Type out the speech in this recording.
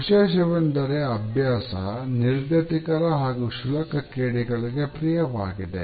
ವಿಶೇಷವೆಂದರೆ ಅಭ್ಯಾಸ ನಿರ್ಗತಿಕರ ಹಾಗೂ ಕ್ಷುಲಕ ಕೇಡಿಗಳಿಗೆ ಪ್ರಿಯವಾಗಿದೆ